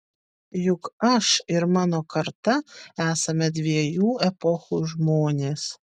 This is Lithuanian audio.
juk aš ir mano karta esame dviejų epochų žmonės